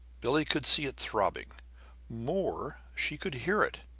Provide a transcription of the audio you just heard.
billie could see it throbbing more, she could hear it.